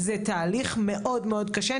זה תהליך מאוד-מאוד קשה.